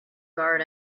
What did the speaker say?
guard